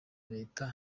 leta